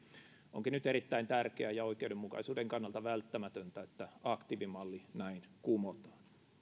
onkin nyt erittäin tärkeää ja oikeudenmukaisuuden kannalta välttämätöntä että aktiivimalli näin kumotaan